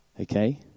okay